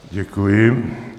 Děkuji.